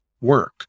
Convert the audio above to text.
work